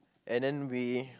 and then we